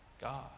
god